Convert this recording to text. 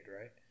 right